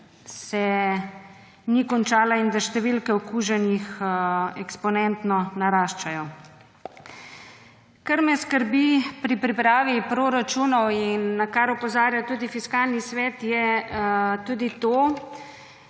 ni končala in da številke okuženih eksponentno naraščajo. Kar me skrbi pri pripravi proračunov in na kar opozarja tudi Fiskalni svet, je tudi to,